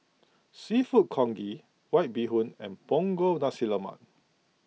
Seafood Congee White Bee Hoon and Punggol Nasi Lemak